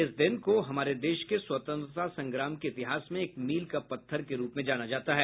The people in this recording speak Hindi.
इस दिन को हमारे देश के स्वतंत्रता संग्राम के इतिहास में एक मील का पत्थर के रूप में जाना जाता है